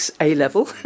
A-level